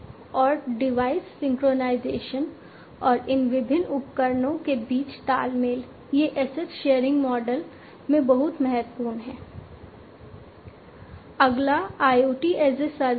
अगला IoT as a service है